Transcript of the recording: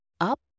up